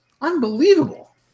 unbelievable